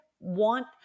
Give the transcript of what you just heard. want